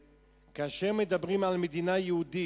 שכשמדברים על מדינה יהודית,